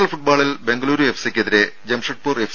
L ഫുട്ബോളിൽ ബെംഗളുരു എഫ്സിക്കെതിരെ Jamshedpur F